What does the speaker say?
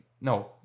no